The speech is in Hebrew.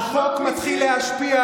ולחשוב שחוק מתחיל להשפיע,